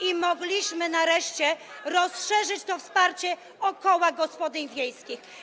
I mogliśmy nareszcie poszerzyć to wsparcie o koła gospodyń wiejskich.